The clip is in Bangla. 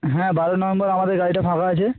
হ্যাঁ বারোই নভেম্বর আমাদের গাড়িটা ফাঁকা আছে